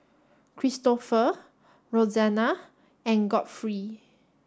Kristofer Roxanna and Godfrey